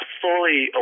fully